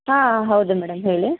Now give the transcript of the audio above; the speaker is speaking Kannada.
ಹಾಂ ಹೌದು ಮೇಡಮ್ ಹೇಳಿ